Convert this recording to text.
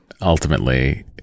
ultimately